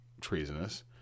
treasonous